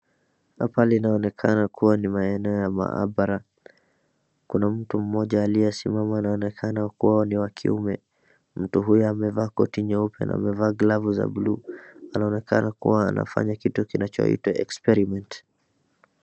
Hapa linaonekana kuwa ni maeneo ya mahabara .Huna mtu mmoja aliyesimama anaonekana kuwa ni wakiume. Mtu huyu amevaa koti nyeupe, amevaa glavu za bluu anaonekana anafanya kitu kinachoitwa expirement .